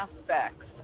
aspects